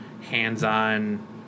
hands-on